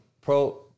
pro